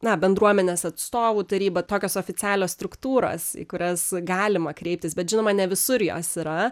na bendruomenės atstovų taryba tokios oficialios struktūros į kurias galima kreiptis bet žinoma ne visur jos yra